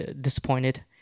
disappointed